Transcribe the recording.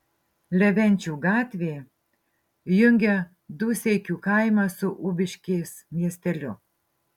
levenčių gatvė jungia dūseikių kaimą su ubiškės miesteliu